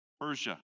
Persia